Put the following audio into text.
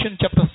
chapter